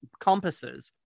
compasses